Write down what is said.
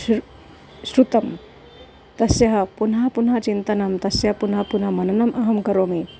श्रुतं श्रुतं तस्य पुनः पुनः चिन्तनं तस्य पुनः पुनः मननम् अहं करोमि